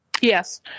Yes